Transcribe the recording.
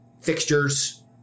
fixtures